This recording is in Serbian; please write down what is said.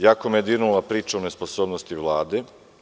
Jako me je dirnula priča o nesposobnosti Vlade.